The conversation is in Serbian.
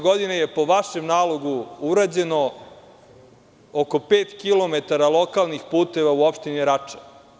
Godine 2008. je po vašem nalogu urađeno oko pet kilometara lokalnih puteva u opštini Rača.